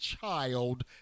child